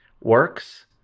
works